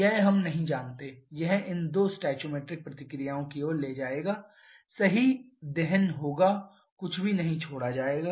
यह हम नहीं जानते यह इन दो stoichiometric प्रतिक्रियाओं की ओर ले जाएगा सही दहन होगा कुछ भी नहीं छोड़ा जाएगा